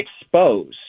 expose